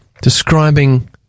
describing